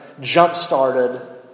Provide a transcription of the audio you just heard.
jump-started